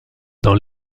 dans